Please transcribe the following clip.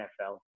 NFL